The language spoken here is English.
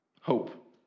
Hope